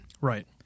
Right